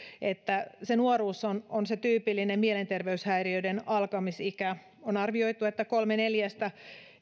että nuoruus on on tyypillinen mielenterveyshäiriöiden alkamisikä on arvioitu että kolme neljästä